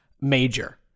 major